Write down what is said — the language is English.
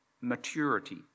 maturity